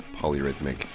polyrhythmic